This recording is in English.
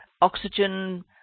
oxygen